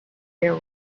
there